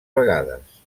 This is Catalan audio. vegades